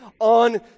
on